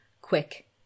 quick